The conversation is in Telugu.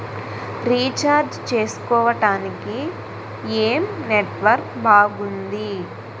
రీఛార్జ్ చేసుకోవటానికి ఏం నెట్వర్క్ బాగుంది?